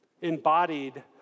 embodied